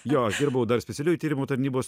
jo aš dirbau dar specialiųjų tyrimų tarnybos